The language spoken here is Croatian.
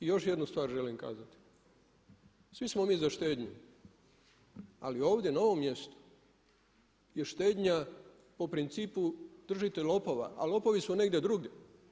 I još jednu stvar želim kazati, svi smo mi za štednju ali ovdje na ovom mjestu je štednja po principu držite lopova a lopovi su negdje drugdje.